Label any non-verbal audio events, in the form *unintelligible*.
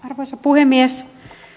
*unintelligible* arvoisa puhemies